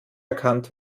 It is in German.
erkannt